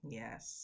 yes